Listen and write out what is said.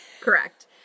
Correct